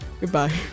Goodbye